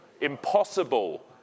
impossible